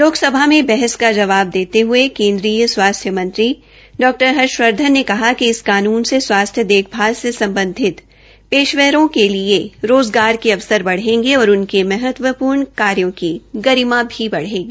लोकसभा में बहस का जवाब देते हये केन्द्रीय स्वास्थ्य मंत्री डॉ हर्ष वर्धन ने कहा कि इस कानून से स्वास्थ्य देखभाल से सम्बधित पेशवरों के लिए रोज़गार के अवसर बढ़ेंगे और उनके महत्वपूर्ण कार्यो की गरिमा बढ़ेगी